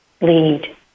lead